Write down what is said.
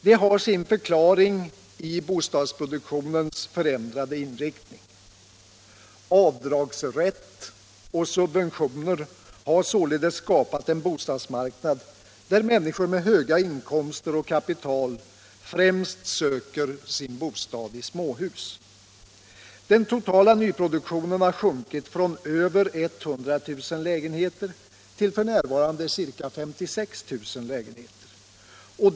Det har sin förklaring i bostadsproduktionens förändrade inriktning. Avdragsrätt och subventioner har således skapat en bostadsmarknad där människor med höga inkomster och kapital främst söker sin bostad i småhus. Den totala produktionen har sjunkit från över 100 000 lägenheter till f. n. ca 56 000 lägenheter.